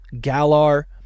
Galar